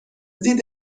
دید